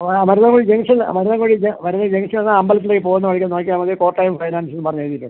ആ മരുതൻകുഴി ജംഗ്ഷൻ മരുതൻകുഴി മരുത ജംഗ്ഷൻന്ന് അമ്പലത്തിലേക്ക് പോവുന്ന വഴിക്ക് നോക്കിയാൽ മതി കോട്ടയം ഫൈനാൻസ് എന്ന് പറഞ്ഞ് എഴുതിയിട്ടുണ്ട്